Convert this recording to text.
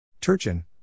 Turchin